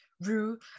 Rue